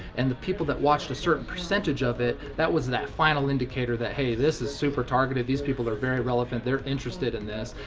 and the people that watched a certain percentage of it, that was that final indicator that, hey this is super targeted, these people are very relevant, they're interested in this.